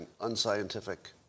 unscientific